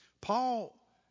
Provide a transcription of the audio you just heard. Paul